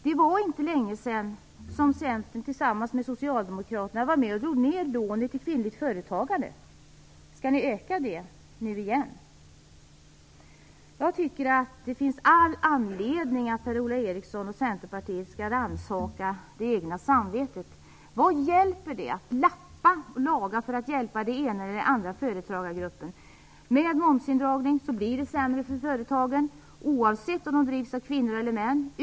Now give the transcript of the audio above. Det var inte länge sedan som Centern tillsammans med Socialdemokraterna var med och drog ner på lånet till kvinnligt företagande. Skall ni öka det nu igen? Det finns all anledning för Per-Ola Eriksson och Centerpartiet att rannsaka det egna samvetet. Vad tjänar det till att lappa och laga för att hjälpa den ena eller den andra företagargruppen. Med momsindragning blir det sämre för företagen oavsett om de drivs av kvinnor eller män.